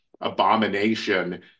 abomination